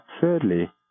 thirdly